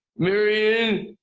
marion?